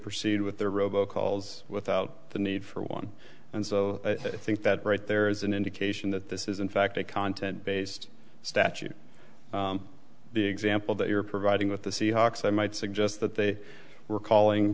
proceed with their robo calls without the need for one and so i think that right there is an indication that this is in fact a content based statute the example that you're providing with the seahawks i might suggest that they were calling